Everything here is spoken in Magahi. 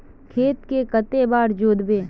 खेत के कते बार जोतबे?